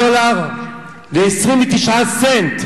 דולר ל-4.29 דולר.